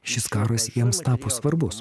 šis karas jiems tapo svarbus